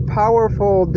powerful